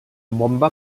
bomba